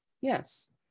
Yes